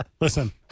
Listen